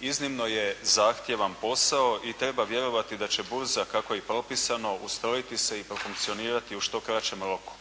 iznimno je zahtjevan posao i treba vjerovati da će burza kako je i propisano, ustrojiti se i profunkcionirati u što kraćem roku,